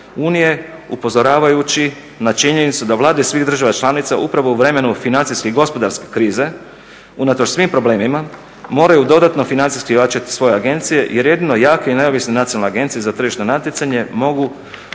Unije upozoravajući na činjenicu da vlade svih država članica upravo u vremenu financijske i gospodarske krize unatoč svim problemima moraju dodatno financijski ojačati svoje agencije, jer jedino jake i neovisne nacionalne agencije za tržišno natjecanje mogu